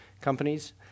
companies